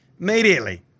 immediately